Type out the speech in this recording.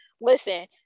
Listen